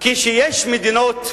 כשיש מדינות,